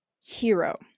Hero